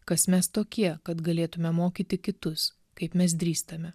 kas mes tokie kad galėtumėme mokyti kitus kaip mes drįstame